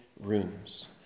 rooms